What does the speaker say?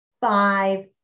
five